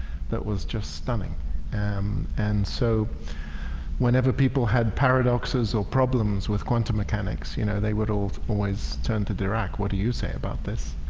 that was just stunning um and so whenever people had paradoxes or problems with quantum mechanics, you know, they would always turn to dirac. what do you say about this?